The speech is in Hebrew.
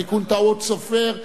תיקון טעות סופר.